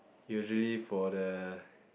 usually for the